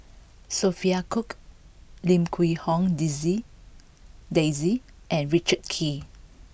Sophia Cooke Lim Quee Hong Daisy and Richard Kee